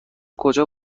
کجا